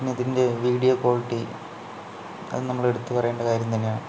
പിന്നെ ഇതിൻ്റെ video quality അത് നമ്മൾ എടുത്തു പറയേണ്ട കാര്യം തന്നെയാണ്